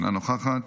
אינה נוכחת.